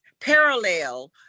parallel